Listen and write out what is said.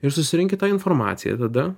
ir susirenki tą informaciją tada